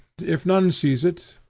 if none sees it,